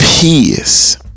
peace